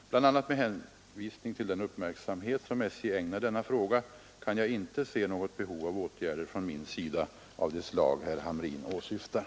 Bl. a. med hänvisning till den uppmärksamhet som SJ ägnar denna fråga kan jag inte se något behov av åtgärder från min sida av det slag herr Hamrin åsyftar.